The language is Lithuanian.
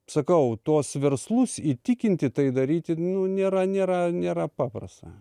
sakau tuos verslus įtikinti tai daryti nu nėra nėra nėra paprasta